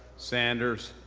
sanders,